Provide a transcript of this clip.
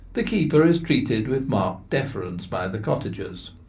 the keeper is treated with marked deference by the cottagers.